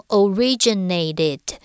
originated